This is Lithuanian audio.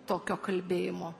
tokio kalbėjimo